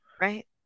Right